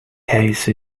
case